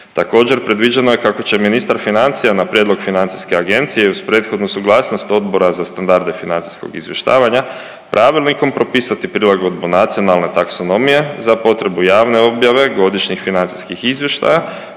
Također, predviđeno je kako će ministar financija na prijedlog FINA-e i uz prethodnu suglasnost Odbora za standarde financijskog izvještavanja, pravilnikom propisati prilagodbu nacionalne taksonomije za potrebu javne objave godišnjih financijskih izvještaja,